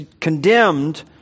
condemned